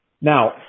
Now